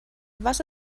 was